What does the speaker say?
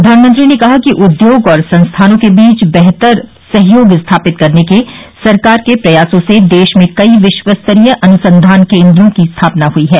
प्रधानमंत्री ने कहा कि उद्योग और संस्थानों के बीच बेहतर सहयोग स्थापित करने के सरकार के प्रयासों से देश में कई विश्वस्तरीय अनुसंधान केन्द्रों की स्थापना हुई है